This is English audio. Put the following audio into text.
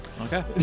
Okay